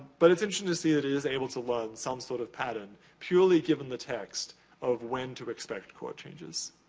but, it's interesting to see that it is able to learn some sort of pattern purely given the text of when to expect chord changes.